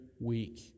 week